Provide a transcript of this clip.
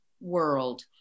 world